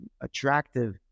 attractive